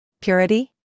Purity